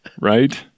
Right